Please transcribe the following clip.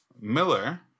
Miller